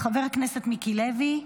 חבר הכנסת מיקי לוי.